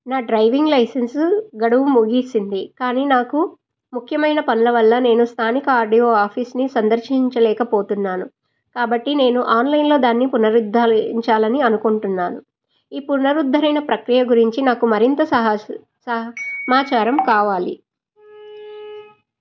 నా driving licence గడువు ముగిసింది కానీ నాకు ముఖ్యమైన పనుల వల్ల నేను స్థానిక ఆర్డిఓ ఆఫీస్ని సందర్శించలేకపోతున్నాను కాబట్టి నేను ఆన్లైన్లో దాన్ని పునరుద్ధరించాలని అనుకుంటున్నాను ఈ పునరుద్ధరణ ప్రక్రియ గురించి నాకు మరింత సమాచారం కావాలి